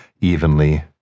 evenly